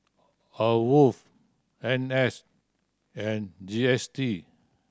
AWOL N S and G S T